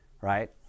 right